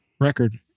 record